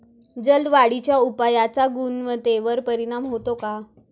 जलद वाढीच्या उपायाचा गुणवत्तेवर परिणाम होतो का?